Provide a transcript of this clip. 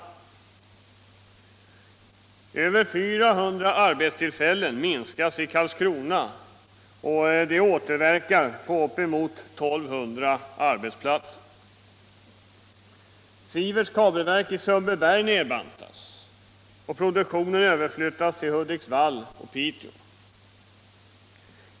Det blir en minskning med över 400 arbetstillfällen i Karlskrona, och det återverkar på uppemot 1 200 arbetsplatser. Sieverts kabelverk i Sundbyberg nedbantas, och produktionen överflyttas till Hudiksvall och Piteå.